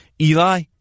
Eli